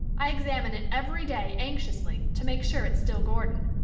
i examine it every day anxiously to make sure it's still gordon.